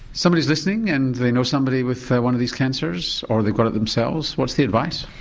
somebody is listening and they know somebody with one of these cancers or they've got it themselves, what's the advice?